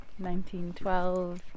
1912